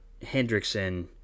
Hendrickson